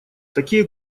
такие